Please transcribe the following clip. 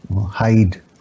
hide